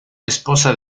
esposa